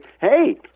hey